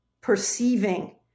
perceiving